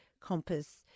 compass